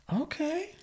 Okay